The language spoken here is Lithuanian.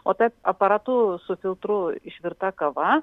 o ta aparatu su filtru išvirta kava